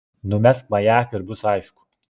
numesk majaką ir bus aišku